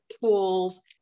tools